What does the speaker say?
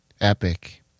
Epic